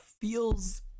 feels